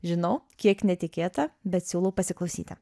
žinau kiek netikėta bet siūlau pasiklausyti